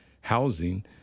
housing